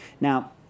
Now